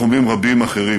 ותחומים רבים אחרים.